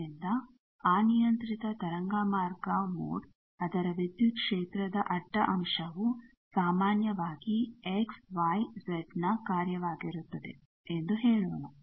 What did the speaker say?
ಆದ್ದರಿಂದ ಅನಿಯಂತ್ರಿತ ತರಂಗ ಮಾರ್ಗ ಮೋಡ್ ಅದರ ವಿದ್ಯುತ್ ಕ್ಷೇತ್ರದ ಅಡ್ಡ ಅಂಶವು ಸಾಮಾನ್ಯವಾಗಿ ಎಕ್ಸ್ ವೈ ಜೆಡ್ನ ಕಾರ್ಯವಾಗಿರುತ್ತದೆ ಎಂದು ಹೇಳೋಣ